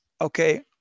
okay